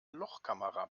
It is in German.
lochkamera